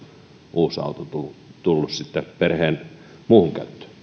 uusi auto tullut sitten perheen muuhun käyttöön